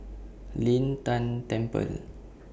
Lin Tan Temple